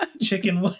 chicken